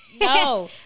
no